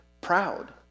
proud